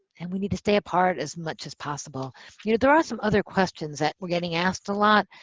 and we need to stay apart as much as possible you know there are some other questions that we're getting asked a lot,